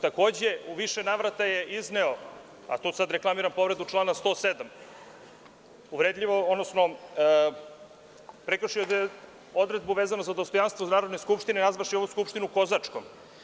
Takođe, u više navrata je izneo, a to sad reklamiram povredu člana 107, uvredljivo, odnosno prekršio je odredbu vezano za dostojanstvo Narodne skupštine, nazvavši ovu skupštinu kozačkom.